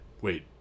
wait